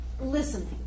listening